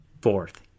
Fourth